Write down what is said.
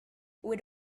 with